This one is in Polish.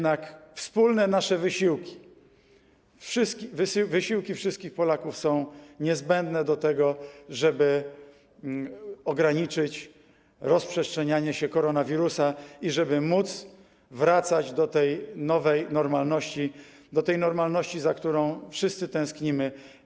Nasze wspólne wysiłki, wysiłki wszystkich Polaków są niezbędne do tego, żeby ograniczyć rozprzestrzenianie się koronawirusa i żeby móc wracać do tej nowej normalności, do tej normalności, za którą wszyscy tęsknimy.